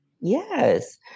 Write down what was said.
Yes